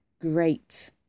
great